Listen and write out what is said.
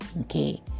Okay